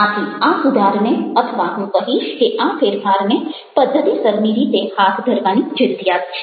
આથી આ સુધારને અથવા હું કહીશ કે આ ફેરફારને પદ્ધતિસરની રીતે હાથ ધરવાની જરૂરિયાત છે